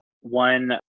one